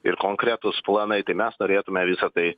ir konkretūs planai tai mes norėtume visa tai